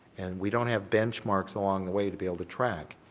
and we don't have benchmarks along the way to be able to track.